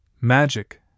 Magic